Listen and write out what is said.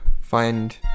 find